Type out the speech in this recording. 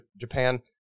Japan